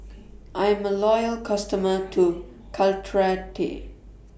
I'm A Loyal customer to Caltrate